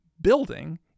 building